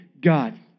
God